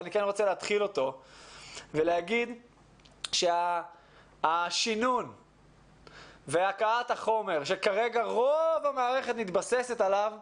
אני רוצה להגיד שהשינון והקאת החומר שכרגע מהווים את רוב תצורת הבחינות